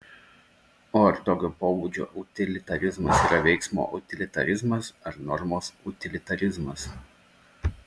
o ar tokio pobūdžio utilitarizmas yra veiksmo utilitarizmas ar normos utilitarizmas